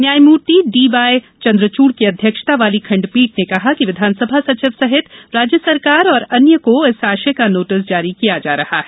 न्यायमूर्ति D Y Chandrachud की अध्यक्षता वाली खंडपीठ ने कहा कि विधानसभा सचिव सहित राज्य सरकार और अन्य को इस आशय का नोटिस जारी किया जा रहा है